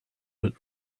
but